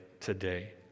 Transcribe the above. today